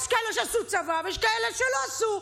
יש כאלה שעשו צבא, ויש כאלה שלא עשו.